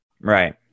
Right